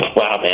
wow, man,